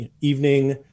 evening